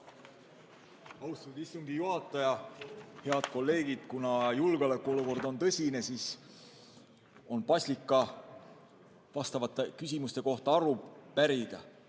Austatud istungi juhataja! Head kolleegid! Kuna julgeolekuolukord on tõsine, siis on paslik ka vastavate küsimuste kohta aru pärida.